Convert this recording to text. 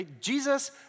Jesus